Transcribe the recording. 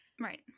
Right